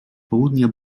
południa